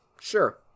Sure